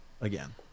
again